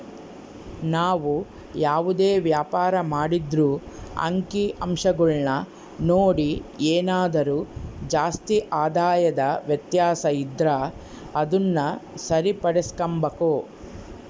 ನಾವು ಯಾವುದೇ ವ್ಯಾಪಾರ ಮಾಡಿದ್ರೂ ಅಂಕಿಅಂಶಗುಳ್ನ ನೋಡಿ ಏನಾದರು ಜಾಸ್ತಿ ಆದಾಯದ ವ್ಯತ್ಯಾಸ ಇದ್ರ ಅದುನ್ನ ಸರಿಪಡಿಸ್ಕೆಂಬಕು